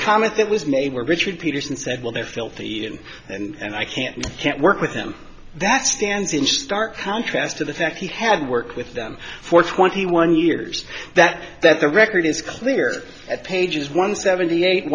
comment that was neighbor richard peterson said well they're filthy and i can't you can't work with them that stands in stark contrast to the fact he had worked with them for twenty one years that that the record is clear at pages one seventy eight